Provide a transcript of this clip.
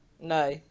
no